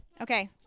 Okay